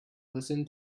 listen